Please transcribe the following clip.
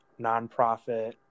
nonprofit